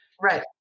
Right